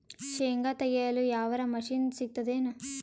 ಶೇಂಗಾ ತೆಗೆಯಲು ಯಾವರ ಮಷಿನ್ ಸಿಗತೆದೇನು?